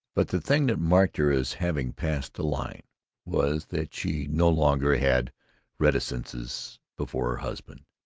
but the thing that marked her as having passed the line was that she no longer had reticences before her husband,